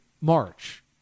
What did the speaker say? March